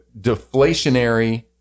deflationary